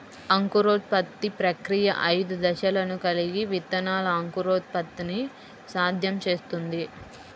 అంకురోత్పత్తి ప్రక్రియ ఐదు దశలను కలిగి విత్తనాల అంకురోత్పత్తిని సాధ్యం చేస్తుంది